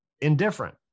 indifferent